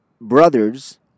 brothers